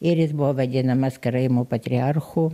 ir jis buvo vadinamas karaimų patriarchu